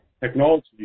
technology